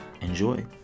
enjoy